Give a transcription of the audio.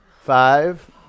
Five